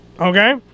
okay